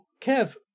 Kev